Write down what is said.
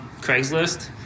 Craigslist